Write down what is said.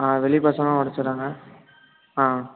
ஆ வெளி பசங்கள் உடைச்சிர்றாங்க ஆ